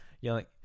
Yelling